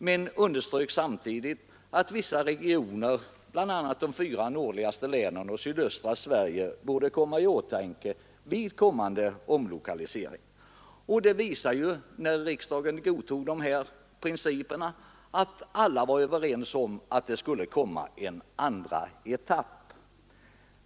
Man underströk samtidigt att vissa regioner, bl.a. de fyra nordligaste länen och sydöstra Sverige, borde komma i åtanke vid kommande omlokalisering. Det förhållandet att riksdagen godtog dessa principer visar ju att alla var överens om att det skulle komma en andra etapp.